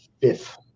fifth